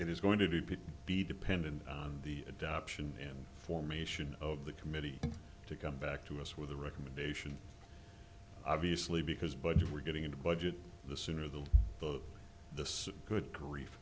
it's it is going to be dependent on the adoption formation of the committee to come back to us with a recommendation obviously because budget we're getting into budget the sooner the this good grief